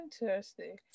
interesting